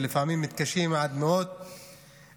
ולפעמים מתקשים עד מאוד בניידות,